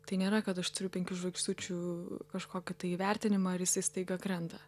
tai nėra kad aš turiu penkių žvaigždučių kažkokį tai įvertinimą ir jisai staiga krenta